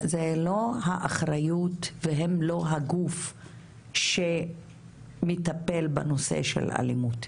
זה לא האחריות והם לא הגוף שמטפל בנושא של אלימות,